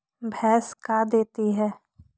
भैंस का देती है?